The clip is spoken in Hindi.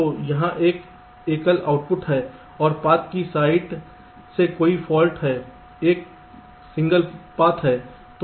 तो यहाँ एक एकल आउटपुट है और पथ की साइट से कोई फाल्ट है यह एकल पथ है